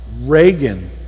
Reagan